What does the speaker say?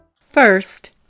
First